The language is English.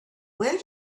where